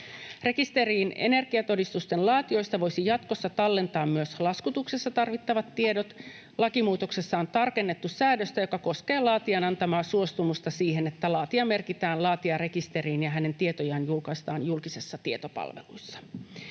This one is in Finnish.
Rekisteriin energiatodistusten laatijoista voisi jatkossa tallentaa myös laskutuksessa tarvittavat tiedot. Lakimuutoksessa on tarkennettu säännöstä, joka koskee laatijan antamaa suostumusta siihen, että laatija merkitään laatijarekisteriin ja hänen tietojaan julkaistaan julkisessa tietopalvelussa.